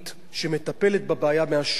שמטפלת בבעיה מהשורש,